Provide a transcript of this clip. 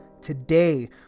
Today